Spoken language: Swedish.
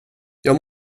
jag